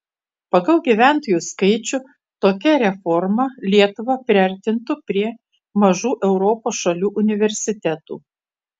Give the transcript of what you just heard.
pagal gyventojų skaičių tokia reforma lietuvą priartintų prie kitų mažų europos šalių universitetų